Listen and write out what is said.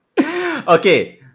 Okay